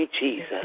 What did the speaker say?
Jesus